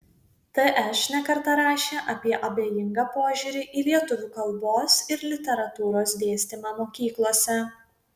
tš ne kartą rašė apie abejingą požiūrį į lietuvių kalbos ir literatūros dėstymą mokyklose